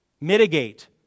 Mitigate